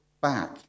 back